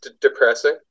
depressing